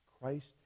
christ